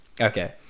okay